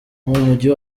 mujyi